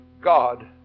God